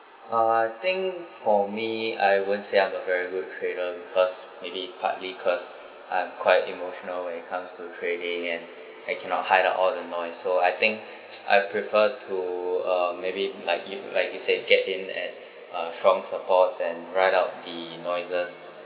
ah I think for me I won't say I'm a very good trader because maybe partly cause I'm quite emotional when it comes to trading and I cannot hide out all the noise so I think I prefer to uh maybe like you like you said get in at uh strong supports and write out the noises